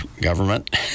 government